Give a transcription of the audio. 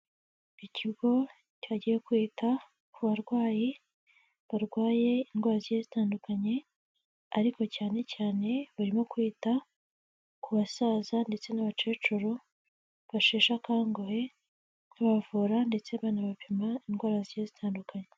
Ikigo cyagiye kwita ku barwayi barwaye indwara zigiye zitandukanye ariko cyane cyane barimo kwita ku basaza ndetse n'abakecuru basheshe akanguhe babavura ndetse banabapima indwara zigiye zitandukanye.